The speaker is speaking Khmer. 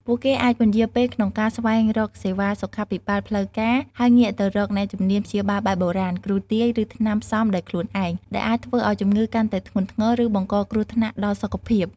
ពួកគេអាចពន្យារពេលក្នុងការស្វែងរកសេវាសុខាភិបាលផ្លូវការ ហើយងាកទៅរកអ្នកជំនាញព្យាបាលបែបបុរាណ គ្រូទាយ ឬថ្នាំផ្សំដោយខ្លួនឯង ដែលអាចធ្វើឱ្យជំងឺកាន់តែធ្ងន់ធ្ងរ ឬបង្កគ្រោះថ្នាក់ដល់សុខភាព។